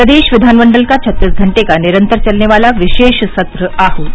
प्रदेश विधानमंडल का छत्तीस घंटे का निरन्तर चलने वाला विशेष सत्र आहूत